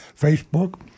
Facebook